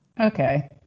okay